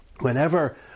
whenever